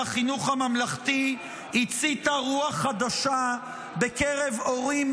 החינוך הממלכתי הציתה רוח חדשה בקרב הורים,